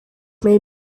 may